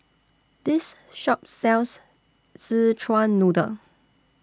This Shop sells Szechuan Noodle